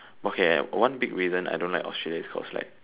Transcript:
okay ah one big reason I don't like Australia is cause like